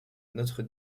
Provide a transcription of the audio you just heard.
notre